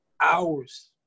hours